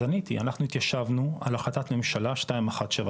אז עניתי, אנחנו התיישבנו על החלטת ממשלה 2179,